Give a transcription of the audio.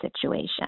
situation